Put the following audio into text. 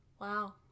Wow